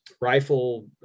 rifle